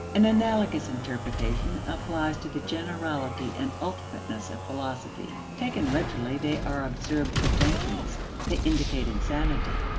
an analogous interpretation applies to the generality and ultimateness of philosophy. taken literally, they are absurd pretensions they indicate insanity.